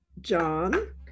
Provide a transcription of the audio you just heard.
John